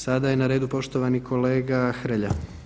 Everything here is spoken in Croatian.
Sada je na redu poštovani kolega Hrelja.